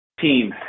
Team